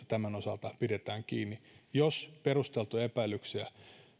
tämän osalta pidetään kiinni näistä hyvistä pelisäännöistä että jos perusteltuja epäilyksiä